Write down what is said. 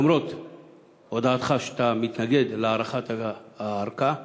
למרות הודעתך, שאתה מתנגד להארכת הארכה,